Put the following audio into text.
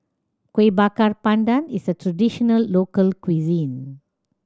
Kuih Bakar Pandan is a traditional local cuisine